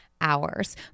hours